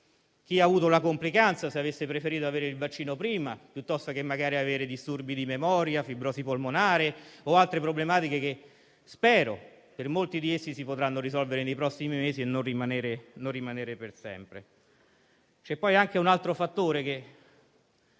chi ha avuto complicanze non avrebbe preferito ricevere prima il vaccino, piuttosto che - magari - avere disturbi di memoria, fibrosi polmonare o altre problematiche, che spero per molti di essi si potranno risolvere nei prossimi mesi e non rimanere per sempre. C'è anche un altro fattore, che